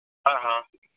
ஆ ஆ